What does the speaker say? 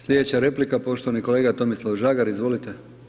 Slijedeća replika, poštovani kolega Tomislav Žagar, izvolite.